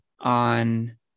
on